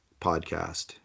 podcast